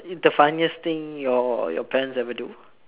the funniest thing your your parents ever do